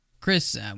Chris